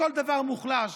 לכל דבר מוחלש,